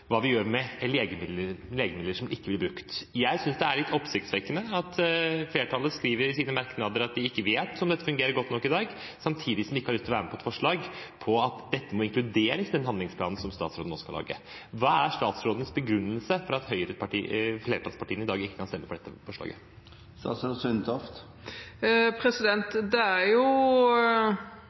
er litt oppsiktsvekkende at flertallet skriver i sine merknader at de ikke vet om dette fungerer godt nok i dag, samtidig som de ikke vil være med på et forslag om at dette må inkluderes i den handlingsplanen som statsråden nå skal lage. Hva er statsrådens begrunnelse for at flertallspartiene ikke kan stemme for dette forslaget i dag? Det er jo